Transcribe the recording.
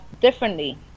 differently